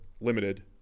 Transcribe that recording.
limited